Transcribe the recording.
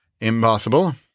impossible